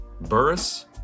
Burris